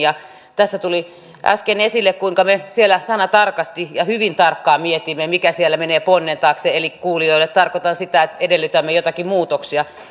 tässä tuli äsken esille kuinka me siellä sanatarkasti ja hyvin tarkkaan mietimme mikä siellä menee ponnen taakse eli kuulijoille tarkoitan sitä että edellytämme joitakin muutoksia